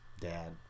Dad